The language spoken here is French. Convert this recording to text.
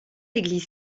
église